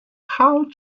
how